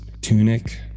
Tunic